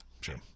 sure